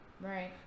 right